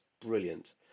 brilliant